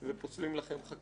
ופוסלים לכם חקיקה.